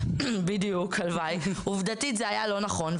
זה היה לא נכון,